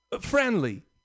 friendly